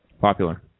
popular